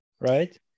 right